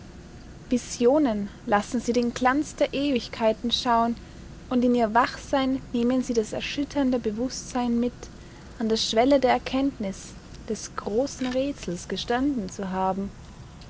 visionen lassen sie den glanz der ewigkeiten schauen und in ihr wachsein nehmen sie das erschütternde bewußtsein mit an der schwelle der erkenntnis des großen rätsels gestanden zu haben